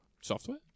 software